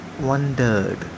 wondered